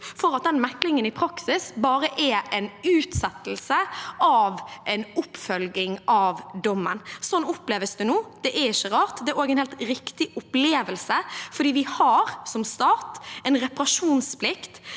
for at den meklingen i praksis bare er en utsettelse av en oppfølging av dommen. Sånn oppleves det nå. Det er ikke rart. Det er også en helt riktig opplevelse, for vi har som stat en reparasjonsplikt,